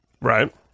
Right